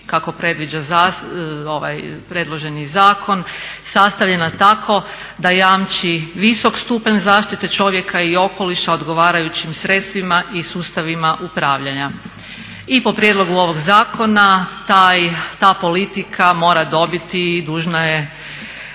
kako predviđa predloženi zakon sastavljena tako da jamči visok stupanj zaštite čovjeka i okoliša odgovarajućim sredstvima i sustavima upravljanja. I po prijedlogu ovog zakona ta politika mora dobiti i dužna je,